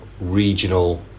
regional